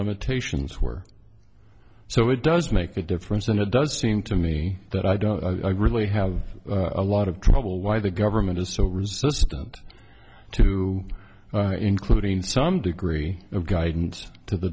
limitations were so it does make a difference and it does seem to me that i don't really have a lot of trouble why the government is so resistant to including some degree of guidance to the